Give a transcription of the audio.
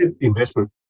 investment